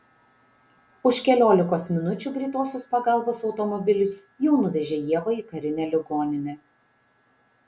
už keliolikos minučių greitosios pagalbos automobilis jau nuvežė ievą į karinę ligoninę